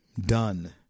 done